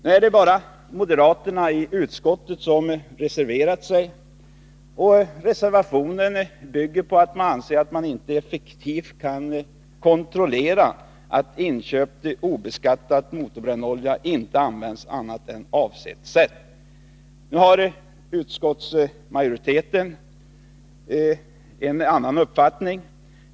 Det är bara moderaterna i utskottet som har reserverat sig, och reservationen bygger på att man anser att det inte går att effektivt kontrollera att inköpt obeskattad motorbrännolja inte används på annat än avsett sätt. Utskottsmajoriteten har en annan uppfattning.